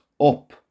up